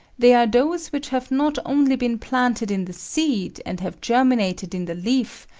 they are those which have not only been planted in the seed and have germinated in the leaf,